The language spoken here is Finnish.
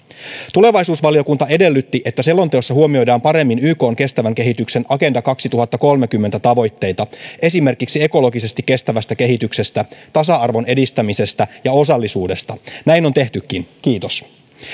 tulevaisuusvaliokunta edellytti että selonteossa huomioidaan paremmin ykn kestävän kehityksen agenda kaksituhattakolmekymmentä tavoitteita esimerkiksi ekologisesti kestävästä kehityksestä tasa arvon edistämisestä ja osallisuudesta näin on tehtykin kiitos